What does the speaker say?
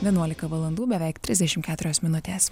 vienuolika valandų beveik trisdešim keturios minutes